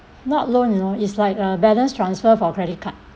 not loan you know it's like uh balance transfer for credit card